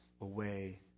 away